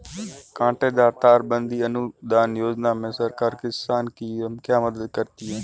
कांटेदार तार बंदी अनुदान योजना में सरकार किसान की क्या मदद करती है?